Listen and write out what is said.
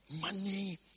Money